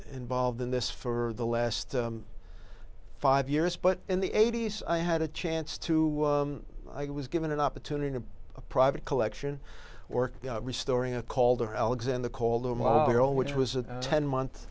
involved in this for the last five years but in the eighty's i had a chance to i was given an opportunity to a private collection work restoring a calder alexander called tomorrow which was a ten month